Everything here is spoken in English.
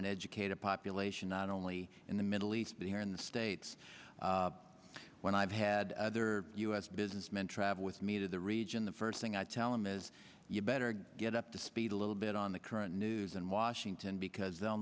an educated population not only in the middle east but here in the states when i've had other u s businessmen travel with me to the region the first thing i tell them is you better get up to speed a little bit on the current news in washington because they'll